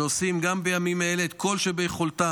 שעושים גם בימים האלה את כל שביכולתם